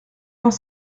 vingt